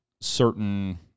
certain